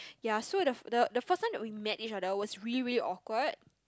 ya so the first the the first one that we met each other was really really awkward